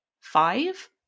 five